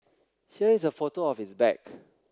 here is a photo of his bag